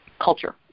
culture